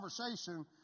conversation